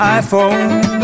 iPhone